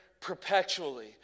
Perpetually